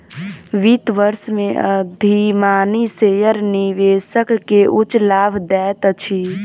वित्त वर्ष में अधिमानी शेयर निवेशक के उच्च लाभ दैत अछि